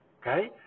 okay